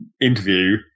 interview